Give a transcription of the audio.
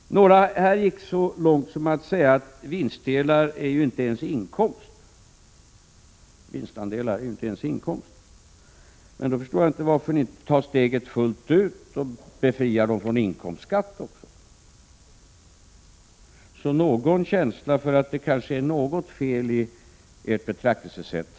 Några talare gick så långt att de sade att vinstandelar inte ens är att betrakta som inkomst. I så fall förstår jag inte varför ni inte tar steget fullt ut och även befriar dem från inkomstskatt. Men ni har väl i alla fall någon känsla för att det kanske är något fel i ert betraktelsesätt.